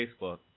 Facebook